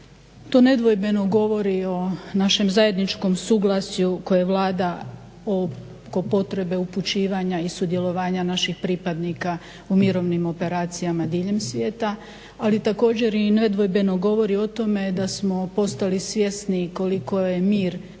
To nedvojbeno govori o našem zajedničkom suglasju koje vlada oko potrebe upućivanja i sudjelovanja naših pripadnika u mirovnim operacijama diljem svijeta ali također i nedvojbeno govori o tome da smo postali svjesni koliko je mir